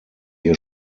ihr